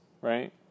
right